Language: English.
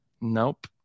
Nope